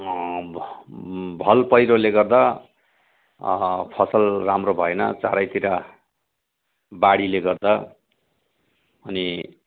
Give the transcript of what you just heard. भ भल पहिरोले गर्दा फसल राम्रो भएन चारैतिर बाढीले गर्दा अनि